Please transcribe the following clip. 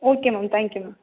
okay ma'am thank you ma'am